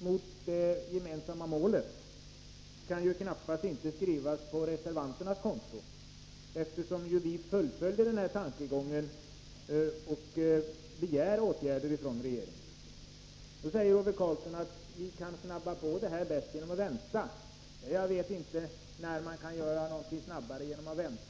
när det gäller det gemensamma målet kan knappast skrivas på reservanternas konto, eftersom vi fullföljer tankegången och begär åtgärder från regeringen. Ove Karlsson säger att man kan påskynda det hela bäst genom att vänta. Jag vet inte när man kan göra någonting snabbare genom att vänta.